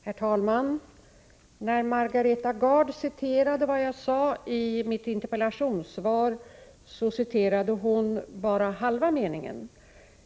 Herr talman! När Margareta Gard citerade vad jag sade i mitt interpellationssvar citerade hon bara halva meningen.